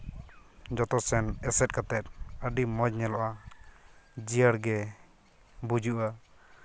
ᱡᱚᱛᱚ ᱥᱮᱱ ᱮᱥᱮᱫ ᱠᱟᱛᱮᱫ ᱟᱹᱰᱤ ᱢᱚᱡᱽ ᱧᱮᱞᱚᱜᱼᱟ ᱡᱤᱭᱟᱹᱲᱜᱮ ᱵᱩᱡᱩᱜᱼᱟ